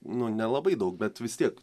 nu nelabai daug bet vis tiek